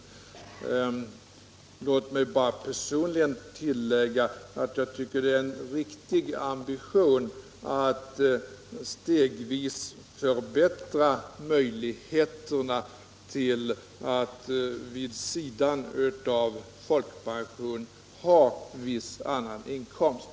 69 Låt mig som min personliga mening få tillägga att det är en riktig ambition att stegvis förbättra möjligheterna till att vid sidan av folkpensionen ha en viss skattefri annan inkomst.